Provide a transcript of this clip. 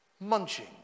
munching